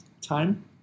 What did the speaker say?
time